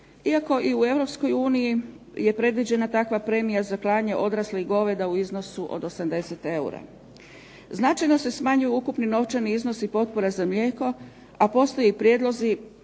uniji je predviđena takva premija za klanje odraslih goveda u iznosu od 80 eura. Značajno se smanjuju ukupni novčani iznosi potpora za mlijeko, a postoje i prijedlozi